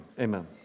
Amen